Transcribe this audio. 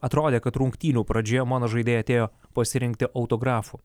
atrodė kad rungtynių pradžioje mano žaidėjai atėjo pasirinkti autografų